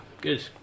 good